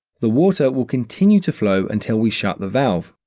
the water will continue to flow until we shut the valve,